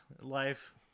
life